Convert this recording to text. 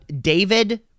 David